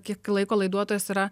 kiek laiko laiduotojas yra